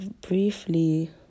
briefly